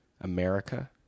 America